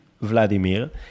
Vladimir